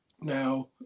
Now